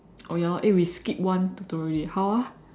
oh ya lor eh we skip one tutorial already how ah